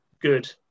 good